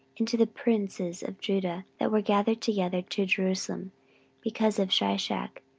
and to the princes of judah, that were gathered together to jerusalem because of shishak,